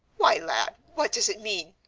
why, lad, what does it mean?